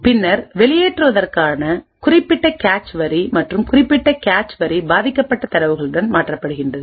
பின்னர்வெளியேற்றுவதற்கான குறிப்பிட்ட கேச் வரி மற்றும் குறிப்பிட்ட கேச் வரி பாதிக்கப்பட்ட தரவுகளுடன் மாற்றப்படுகிறது